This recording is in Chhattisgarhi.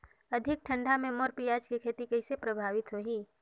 अधिक ठंडा मे मोर पियाज के खेती कइसे प्रभावित होही?